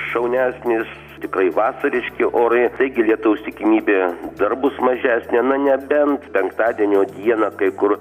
šaunesnis tikrai vasariški orai taigi lietaus tikimybė dar bus mažesnė na nebent penktadienio dieną kai kur